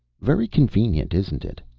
very convenient isn't it?